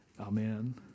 Amen